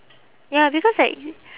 ya because like